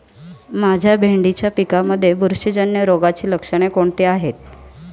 माझ्या भेंडीच्या पिकामध्ये बुरशीजन्य रोगाची लक्षणे कोणती आहेत?